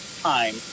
time